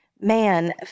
man